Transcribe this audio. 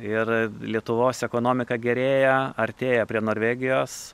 ir lietuvos ekonomika gerėja artėja prie norvegijos